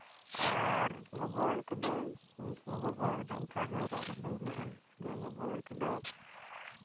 ᱟᱨ ᱜᱚᱜᱚ ᱦᱚᱲ ᱠᱚᱫᱚ ᱩᱱᱠᱩ ᱦᱚᱸ ᱚᱱᱠᱟ ᱜᱮ ᱦᱚᱨᱚᱜ ᱵᱟᱸᱫᱮ ᱦᱮᱱᱟᱜᱼᱟ ᱡᱮ ᱜᱚᱜᱚ ᱦᱚᱲ ᱠᱚᱫᱚ